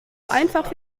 einfach